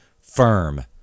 firm